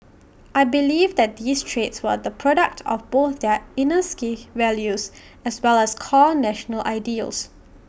I believe that these traits were the product of both their inner Sikh values as well as core national ideals